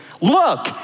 Look